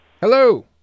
Hello